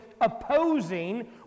opposing